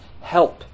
help